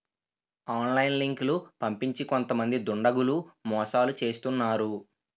online లింకులు పంపించి కొంతమంది దుండగులు మోసాలు చేస్తున్నారు